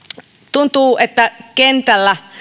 tuntuu että kentällä